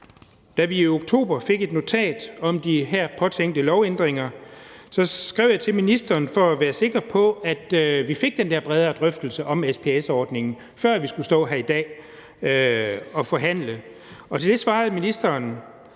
Da vi i oktober fik et notat om de her påtænkte lovændringer, skrev jeg til ministeren for at være sikker på, at vi fik den der bredere drøftelse om SPS-ordningen, før vi skulle stå her i dag og forhandle, og til det svarede ministeren: